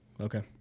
Okay